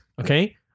Okay